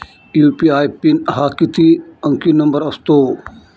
UPI PIN हा किती अंकी नंबर असतो?